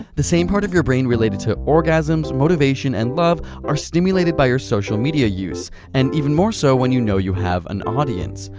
the same part of your brain related to orgasms, motivation and love are stimulated by your social media use and even more so when you know you have an audience.